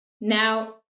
Now